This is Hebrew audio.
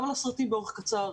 גם על הסרטים באורך קצר,